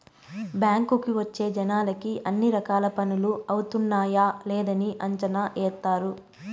బ్యాంకుకి వచ్చే జనాలకి అన్ని రకాల పనులు అవుతున్నాయా లేదని అంచనా ఏత్తారు